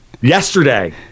Yesterday